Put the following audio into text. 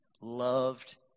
loved